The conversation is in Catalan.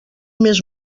més